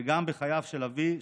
וגם בחייו של אבי,